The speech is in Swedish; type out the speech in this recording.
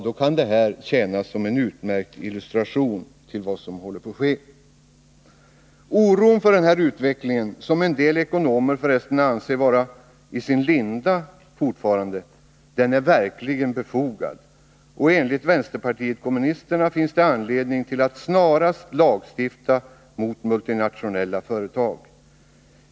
Oron för denna utveckling, som av en del ekonomer fortfarande anses vara i sin linda, är verkligen befogad. Och enligt vänsterpartiet kommunisterna finns det anledning till att snarast lagstifta mot multinationella företag.